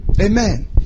Amen